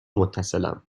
متصلم